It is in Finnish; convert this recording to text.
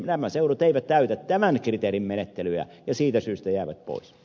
nämä seudut eivät täytä tämän kriteerin menettelyjä ja siitä syystä jäävät pois